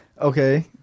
Okay